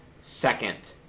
second